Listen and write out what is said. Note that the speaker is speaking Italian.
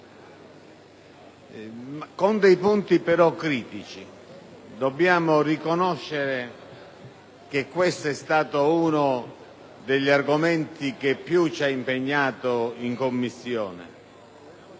però dei punti critici. Dobbiamo riconoscere che questo è stato uno degli argomenti che più ci ha impegnato in Commissione,